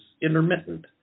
intermittent